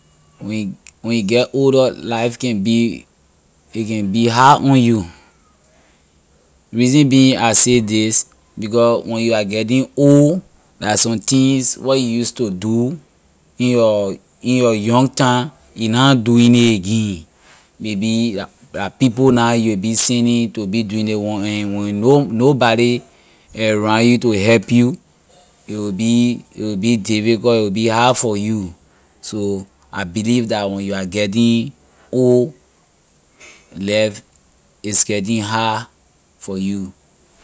When you when you get older life can be a can be hard on you reason being I say this because when you are getting old la somethings where you use to do in your in your young time you na doing it again maybe la la people na you will be sending to be doing ley one and when no nobody around you to help you it will be it will be difficult it will be hard for you. so I believe that when you are getting old life is getting hard for you